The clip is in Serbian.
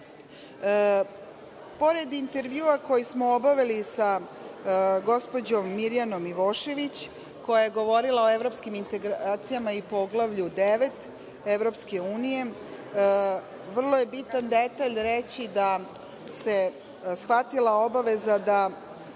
intervjua koji smo obavili sa gospođom Mirjanom Ivošević, koja je govorila o evropskim integracijama i Poglavlju 9 EU, vrlo je bitan detalj reći da se shvatila obaveza da